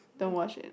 don't watch it